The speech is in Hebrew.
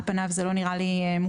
על פניו, זה לא נראה לי מופרך.